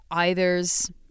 either's